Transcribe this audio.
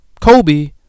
Kobe